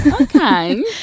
okay